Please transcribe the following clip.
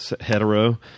hetero